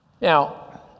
Now